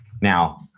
now